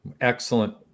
Excellent